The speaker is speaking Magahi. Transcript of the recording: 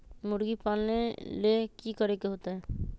मुर्गी पालन ले कि करे के होतै?